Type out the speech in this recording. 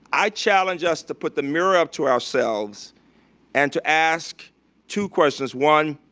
i challenge us to put the mirror up to ourselves and to ask two questions. one,